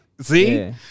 see